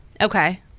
Okay